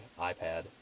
iPad